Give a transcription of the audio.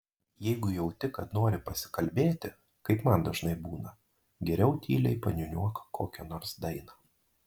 jeigu jauti kad nori pasikalbėti kaip man dažnai būna geriau tyliai paniūniuok kokią nors dainą